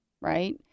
right